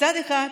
מצד אחד,